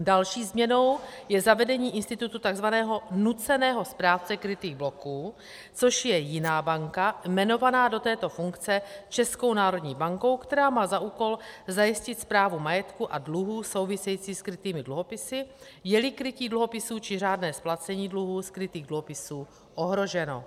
Další změnou je zavedení institutu tzv. nuceného správce krytých bloků, což je jiná banka, jmenovaná do této funkce Českou národní bankou, která má za úkol zajistit správu majetku a dluhů souvisejících s krytými dluhopisy, jeli krytí dluhopisů či řádné splacení dluhů z krytých dluhopisů ohroženo.